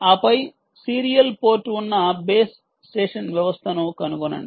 ఆపై serial port ఉన్న base station వ్యవస్థను కనుగొనండి